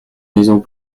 maisons